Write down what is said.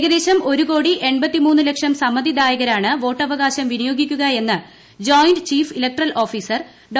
ഏകദേശം ഒരു കോടി ദ്ദേഹ്ലക്ഷം സമ്മതിദായകരാണ് വോട്ടവകാശം വിനിയോഗിക്കുകയെന്ന് ജോയിന്റ് ചീഫ് ഇലക്ട്രൽ ഓഫീസർ ഡോ